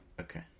Okay